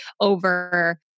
over